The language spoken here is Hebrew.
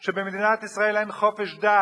שבמדינת ישראל אין חופש דת.